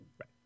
Right